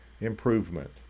improvement